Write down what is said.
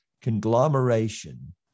conglomeration